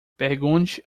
pergunte